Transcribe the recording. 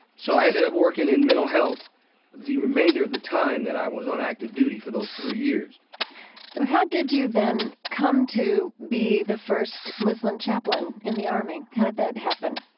so i ended up working in mental health the remainder of the time that i was on active duty for those three years so how did you, then, come to be the first muslim chaplain in the army? how did that happen?